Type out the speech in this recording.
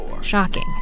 Shocking